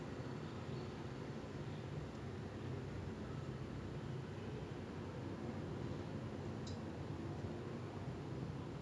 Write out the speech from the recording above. it is just a four simple chords that are technically used almost everywhere in pop music like almost all of pop music it's just those four chords in different order